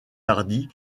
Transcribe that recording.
hardy